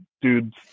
dudes